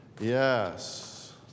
Yes